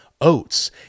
oats